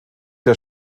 der